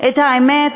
באמת,